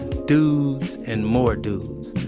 dudes. and more dudes.